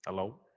hello?